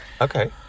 Okay